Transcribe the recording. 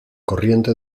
corriente